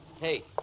Hey